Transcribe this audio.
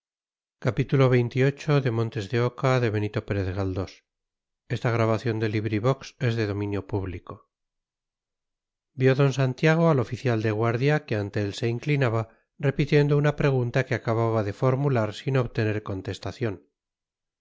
vio d santiago al oficial de guardia que ante él se inclinaba repitiendo una pregunta que acababa de formular sin obtener contestación